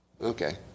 Okay